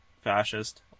fascist